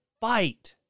fight